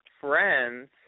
friends